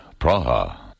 Praha